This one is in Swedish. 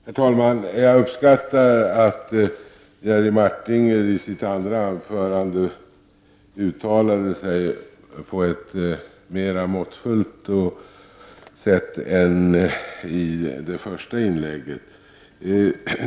Herr talman! Jag uppskattar att Jerry Martinger i talade sig på ett mera måttfullt sätt än i det första inlägget.